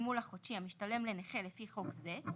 מהתגמול החודשי המשתלם לנכה לפי חוק זה,